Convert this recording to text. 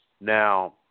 Now